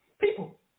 people